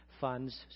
funds